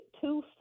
two